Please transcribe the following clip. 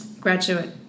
graduate